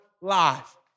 life